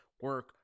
Work